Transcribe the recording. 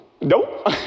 Nope